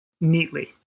neatly